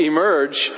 Emerge